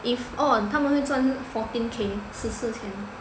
if orh 他们会赚 fourteen K 十四千